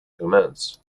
commence